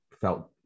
felt